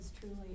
truly